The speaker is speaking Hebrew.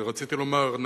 רציתי לומר שנגיש,